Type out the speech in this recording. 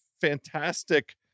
fantastic